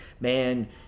man